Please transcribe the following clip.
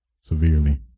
Severely